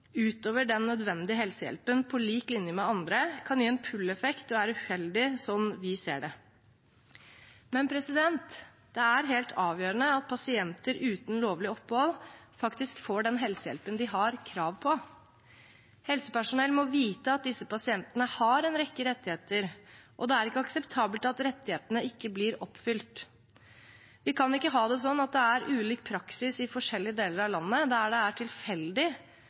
utover den nødvendige helsehjelpen på lik linje med andre, kan gi en pull-effekt og er uheldig slik vi ser det. Men det er helt avgjørende at pasienter uten lovlig opphold faktisk får den helsehjelpen de har krav på. Helsepersonell må vite at disse pasientene har en rekke rettigheter, og det er ikke akseptabelt at rettighetene ikke blir oppfylt. Vi kan ikke ha det slik at det er ulik praksis i forskjellige deler av landet, der det er tilfeldig